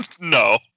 No